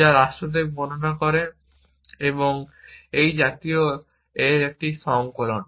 যা রাষ্ট্রকে বর্ণনা করে এবং রাষ্ট্র হবে এই জাতীয় বাক্যের একটি সংকলন